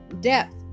depth